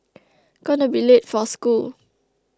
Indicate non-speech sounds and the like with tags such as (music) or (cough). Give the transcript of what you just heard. (noise) gonna be late for school